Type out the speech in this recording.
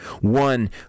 One